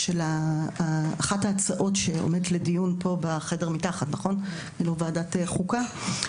אחת ההצעות שעומדת לדיון פה למטה בוועדת חוקה,